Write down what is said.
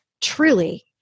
truly